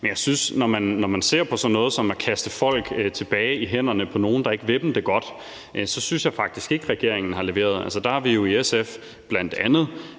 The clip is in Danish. set bekymringen. Når man ser på sådan noget som at kaste folk tilbage i armene på nogle, der ikke vil dem det godt, synes jeg faktisk ikke, regeringen har leveret. Altså, der har vi jo i SF bl.a.